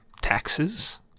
Taxes